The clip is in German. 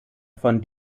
von